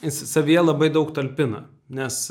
jis savyje labai daug talpina nes